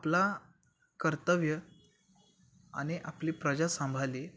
आपला कर्तव्य आणि आपली प्रजा सांभाळली